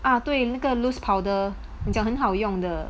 啊对那个 loose powder 你很好用的